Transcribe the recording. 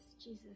Jesus